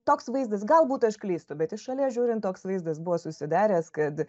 toks vaizdas galbūt aš klystu bet iš šalies žiūrint toks vaizdas buvo susidaręs kad